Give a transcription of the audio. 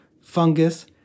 fungus